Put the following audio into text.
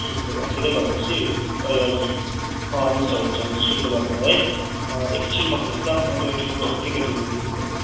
शुक्रबारतिर भनेपछि ए हजुर अँ हुन्छ हुन्छ हुन्छ शुक्रबारतिर है एकछिन पर्खिनुहोस् ल म टोय ट्रेनको टिकटहरू हेरिदिनु पर्यो